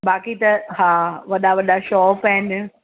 बाक़ी त हा वॾा वॾा शॉप आहिनि